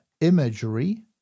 imagery